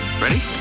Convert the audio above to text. ready